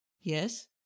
Yes